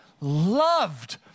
loved